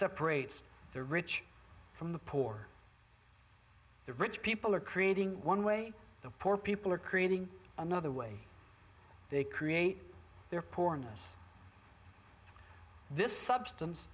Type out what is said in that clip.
separates the rich from the poor the rich people are creating one way the poor people are creating another way they create their poorness this substance